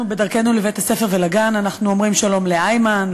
בדרכנו לבית-הספר ולגן אנחנו אומרים שלום לאיימן,